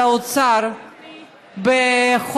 והאפליה הזאת בעצם פוגעת בשני סוגי אוכלוסייה: בשליחים